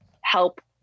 help